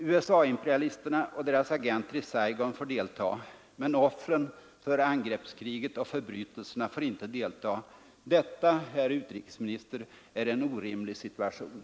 USA-imperialisterna och deras agenter i Saigon får delta. Men offren för angreppskriget och förbrytelserna får inte delta. Detta, herr utrikesminister, är en orimlig situation.